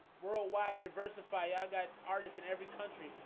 worldwide diversify i got artists in every country.